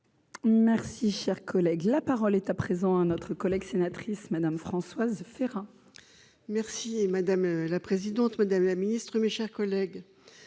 Merci, cher collègue, la parole est à présent à notre collègue sénatrice Madame Françoise Férat. Merci madame la présidente, Madame la Ministre, mes chers collègues,